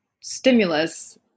stimulus